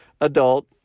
adult